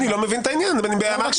באמצע